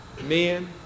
men